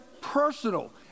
personal